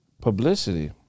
publicity